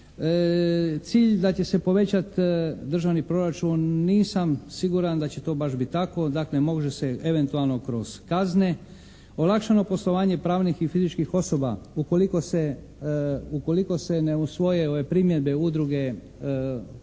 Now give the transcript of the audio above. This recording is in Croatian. Cilj da će se povećati državni proračun nisam siguran da će to baš biti tako, dakle može se eventualno kroz kazne, olakšano poslovanje pravnih i fizičkih osoba ukoliko se ne usvoje ove primjedbe Udruge hrvatskih